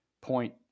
point